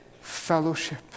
fellowship